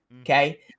okay